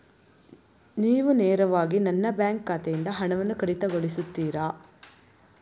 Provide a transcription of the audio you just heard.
ನೀವು ನೇರವಾಗಿ ನನ್ನ ಬ್ಯಾಂಕ್ ಖಾತೆಯಿಂದ ಹಣವನ್ನು ಕಡಿತಗೊಳಿಸುತ್ತೀರಾ?